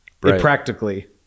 practically